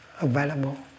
available